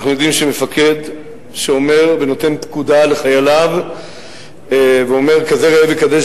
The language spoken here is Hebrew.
אנחנו יודעים שמפקד שאומר ונותן פקודה לחייליו ואומר כזה ראה וקדש,